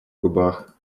губах